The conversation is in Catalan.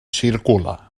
circula